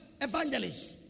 evangelists